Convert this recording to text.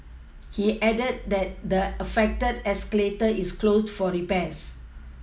he added that the affected escalator is closed for repairs